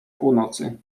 północy